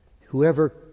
Whoever